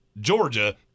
Georgia